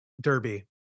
Derby